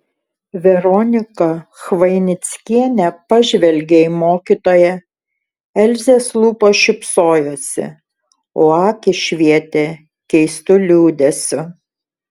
veronika chvainickienė pažvelgė į mokytoją elzės lūpos šypsojosi o akys švietė keistu liūdesiu